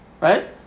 right